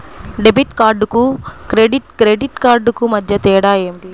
Debit కార్డుకు credit credit కార్డుకు మధ్య తేడా ఏమిటీ?